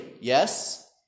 yes